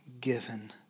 given